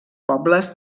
pobles